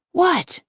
what?